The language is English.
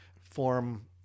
form